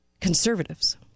conservatives